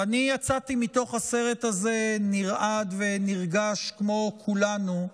אני יצאתי מתוך הסרט הזה נרעד ונרגש כמו כולנו,